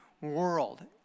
world